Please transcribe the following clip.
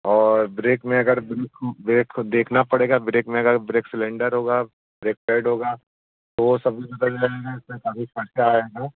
और ब्रेक में अगर ब्रेक को ब्रेक को देखना पड़ेगा ब्रेक में अगर ब्रेक सिलेंडर होगा फ़्रेक्चर्ड होगा तो वो सब भी बदल जाएगा इसमें काफ़ी खर्चा आएगा